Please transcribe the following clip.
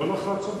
להעביר